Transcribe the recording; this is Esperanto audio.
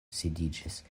sidiĝis